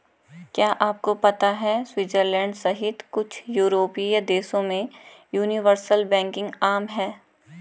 क्या आपको पता है स्विट्जरलैंड सहित कुछ यूरोपीय देशों में यूनिवर्सल बैंकिंग आम है?